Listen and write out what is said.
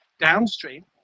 downstream